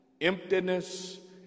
emptiness